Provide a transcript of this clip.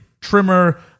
Trimmer